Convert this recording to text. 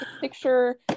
Picture